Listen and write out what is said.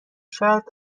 شاید